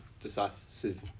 decisive